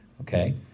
Okay